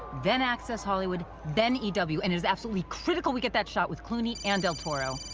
then access hollywood, then ew, and it is absolutely critical we get that show with clooney, and del toro.